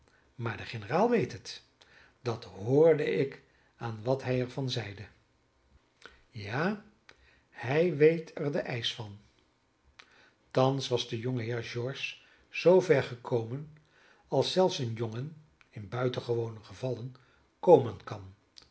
maar de generaal weet het dat hoorde ik aan wat hij er van zeide ja hij weet er den eisch van thans was de jongeheer george zoover gekomen als zelfs een jongen in buitengewone gevallen komen kan